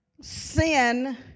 sin